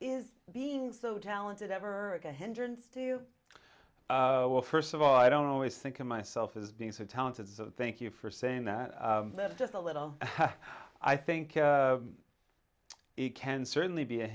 is being so talented ever a hindrance to you well first of all i don't always think of myself as being so talented so thank you for saying that just a little i think it can certainly be a